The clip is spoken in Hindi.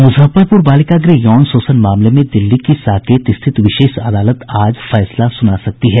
मुजफ्फरपुर बालिका गृह यौन शोषण मामले में दिल्ली की साकेत स्थित विशेष अदालत आज फैसला सुना सकती है